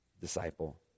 disciple